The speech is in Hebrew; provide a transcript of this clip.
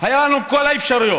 היו לנו כל האפשרויות.